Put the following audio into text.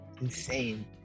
Insane